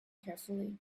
carefully